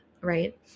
right